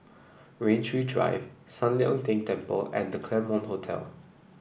Rain Tree Drive San Lian Deng Temple and The Claremont Hotel